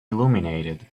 illuminated